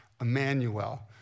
Emmanuel